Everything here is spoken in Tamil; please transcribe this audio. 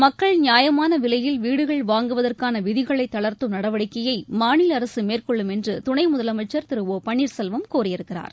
மக்கள் நியாயமான விலையில் வீடுகள் வாங்குவதற்கான விதிகளை தளர்த்தும் நடவடிக்கையை மாநில அரசு மேற்கொள்ளும் என்று துணை முதலமைச்சர் திரு ஓ பன்னீர் செல்வம் கூறியிருக்கிறார்